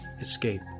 escape